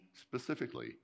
specifically